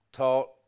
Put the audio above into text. Taught